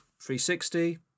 360